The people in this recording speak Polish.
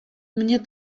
mnie